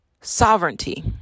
sovereignty